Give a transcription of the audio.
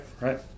right